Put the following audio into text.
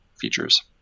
features